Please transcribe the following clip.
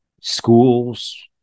schools